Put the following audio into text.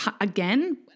again